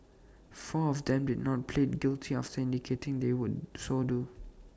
four of them did not plead guilty after indicating they would so do